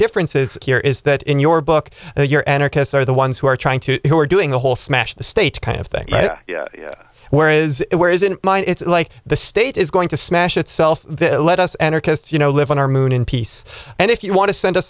differences here is that in your book you're anarchists are the ones who are trying to who are doing the whole smash the state kind of thing where is whereas in mind it's like the state is going to smash itself let us anarchists you know live on our moon in peace and if you want to send us